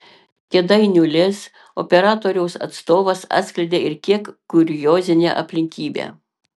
kėdainių lez operatoriaus atstovas atskleidė ir kiek kuriozinę aplinkybę